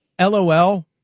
LOL